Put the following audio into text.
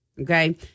okay